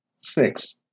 Six